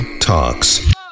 Talks